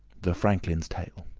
the franklin's tale